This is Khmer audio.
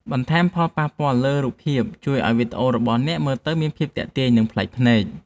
បន្ថែមផលប៉ះពាល់ផ្នែករូបភាពជួយឱ្យវីដេអូរបស់អ្នកមើលទៅមានភាពទាក់ទាញ និង ប្លែកភ្នែក។